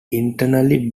internally